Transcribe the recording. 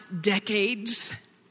decades